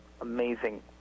amazing